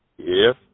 Yes